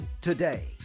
today